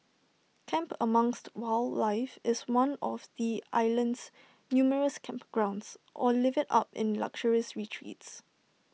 camp amongst wildlife in one of the island's numerous campgrounds or live IT up in luxurious retreats